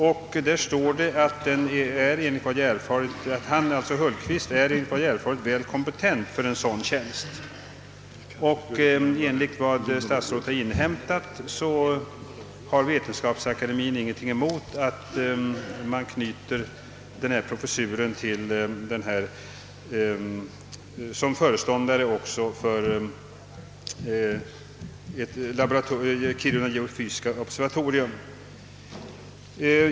I statsverkspropositionen säges att laborator Hultqvist enligt vad som erfarits är väl kompetent för en sådan tjänst, och efter vad statsrådet inhämtat har Vetenskapsakademien ingenting emot att Hultqvist med sin professur förenar tjänsten som föreståndare för Kiruna geofysiska laboratorium.